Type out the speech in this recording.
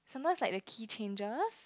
sometimes like the key changes